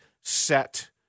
set